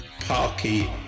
Parky